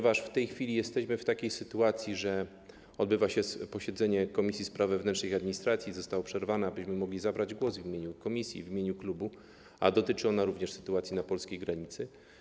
W tej chwili jesteśmy w takiej sytuacji, że odbywa się posiedzenie Komisji Spraw Wewnętrznych i Administracji, które zostało przerwane, byśmy mogli zabrać głos w imieniu komisji, w imieniu klubu, a dotyczy ono również sytuacji na polskiej granicy.